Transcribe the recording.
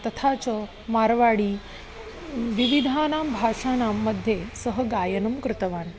तथा च मार्वाडी विविधानां भाषाणाम्मध्ये सः गायनं कृतवान्